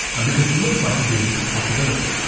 and because it looks like a realistic possibility.